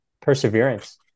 perseverance